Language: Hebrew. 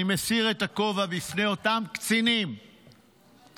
אני מסיר את הכובע בפני אותם קצינים שמשרתים